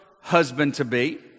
husband-to-be